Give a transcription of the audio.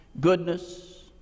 goodness